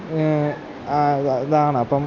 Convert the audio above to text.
ഇതാണ് അപ്പം